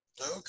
Okay